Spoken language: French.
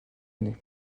année